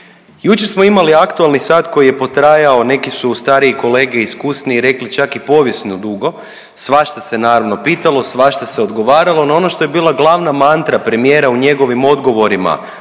Jučer smo imali aktualni sat koji je potrajao, neki su stariji kolege iskusniji rekli čak i povijesno dugo, svašta se naravno pitalo, svašta se odgovaralo. No ono što je bila glavna mantra premijera u njegovim odgovorima